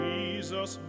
Jesus